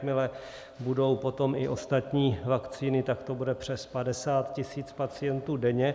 Jakmile budou potom i ostatní vakcíny, tak to bude přes 50 tisíc pacientů denně.